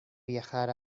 viajar